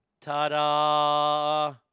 Ta-da